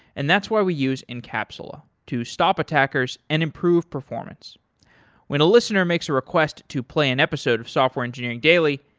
and that's why we use incapsula, to stop attackers and improve performance when a listener makes a request to play an episode of software engineering daily,